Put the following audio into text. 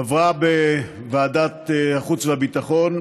עברה בוועדת החוץ והביטחון,